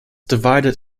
divided